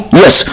yes